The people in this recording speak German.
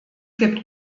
gibt